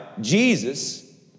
Jesus